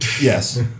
Yes